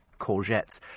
courgettes